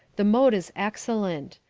the mode is excellent.